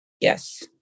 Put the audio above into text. Yes